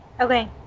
Okay